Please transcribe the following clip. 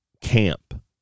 camp